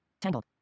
Tangled